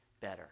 better